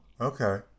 okay